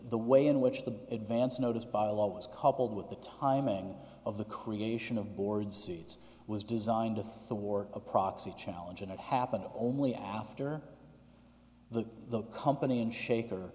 the way in which the advance notice by law was coupled with the timing of the creation of board seats was designed to thwart a proxy challenge and it happened only after the company and shaker